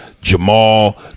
Jamal